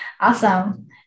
Awesome